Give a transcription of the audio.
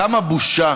כמה בושה,